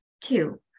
Two